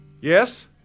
Yes